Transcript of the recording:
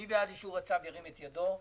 מי בעד אישור הצו, ירים את ידו?